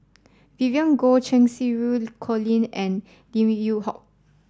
Vivien Goh Cheng Xinru Colin and Lim Yew Hock